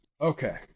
Okay